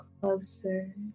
closer